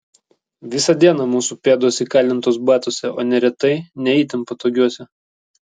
visą dieną mūsų pėdos įkalintos batuose o neretai ne itin patogiuose